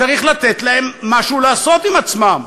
צריך לתת להם משהו לעשות עם עצמם.